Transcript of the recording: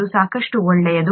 ಅದು ಸಾಕಷ್ಟು ಒಳ್ಳೆಯದು